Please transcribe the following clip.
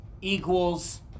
equals